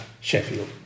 Sheffield